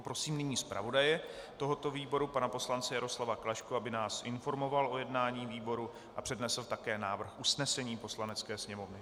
Prosím nyní zpravodaje tohoto výboru pana poslance Jaroslava Klašku, aby nás informoval o jednání výboru a přednesl také návrh usnesení Poslanecké sněmovny.